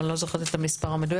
אבל אני לא זוכרת את המספר המדויק.